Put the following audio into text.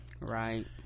Right